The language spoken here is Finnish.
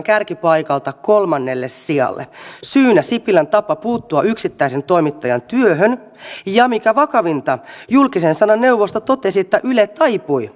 kärkipaikalta kolmannelle sijalle syynä sipilän tapa puuttua yksittäisen toimittajan työhön ja mikä vakavinta julkisen sanan neuvosto totesi että yle taipui